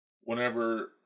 whenever